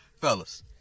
fellas